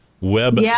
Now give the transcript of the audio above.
Web